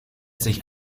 sich